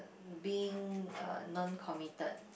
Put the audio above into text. being uh non committed